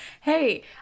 Hey